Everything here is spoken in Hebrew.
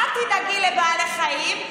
את תדאגי לבעלי חיים,